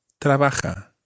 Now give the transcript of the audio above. trabaja